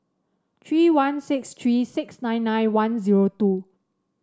three one six three six nine nine one zero two